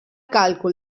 càlcul